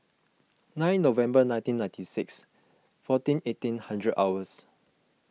nine November nineteen nineteen six fourteen eighteen hundred hours